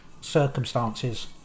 circumstances